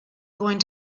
going